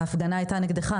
ההפגנה הייתה נגדך,